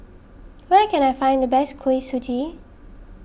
where can I find the best Kuih Suji